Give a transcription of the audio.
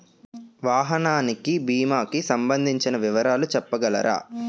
వాహనానికి భీమా కి సంబందించిన వివరాలు చెప్పగలరా?